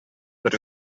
бер